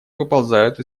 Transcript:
выползают